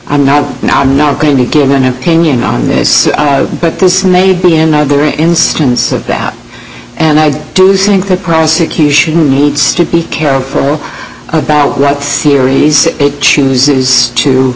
i'm not and i'm not going to give an opinion on this but this may be another instance of that and i do think the prosecution needs to be careful about that series it chooses to